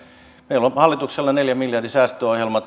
on hallituksella tälle hallituskaudelle neljän miljardin säästöohjelma